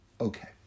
Okay